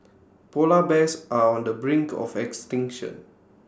Polar Bears are on the brink of extinction